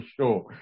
sure